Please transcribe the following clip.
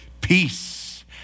Peace